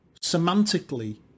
semantically